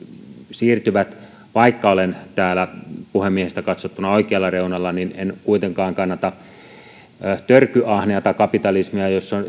siirtyvät vaikka olen puhemiehistä katsottuna täällä oikealla reunalla niin en kuitenkaan kannata törkyahnetta kapitalismia jossa